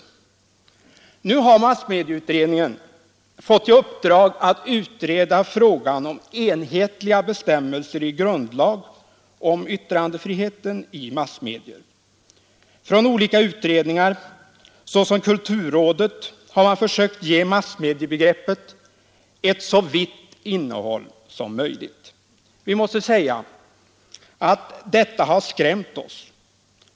Nu har massmedieutredningen, som jag tillhör, fått i uppdrag att utreda frågan om enhetliga bestämmelser i grundlag om yttrandefriheten i massmedier. Från olika utredningar, såsom t.ex. kulturrådet, har man försökt ge massmediebegreppet ett så vitt innehåll som möjligt. Vi måste säga att detta har skrämt oss.